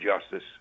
justice